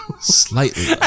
Slightly